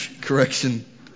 correction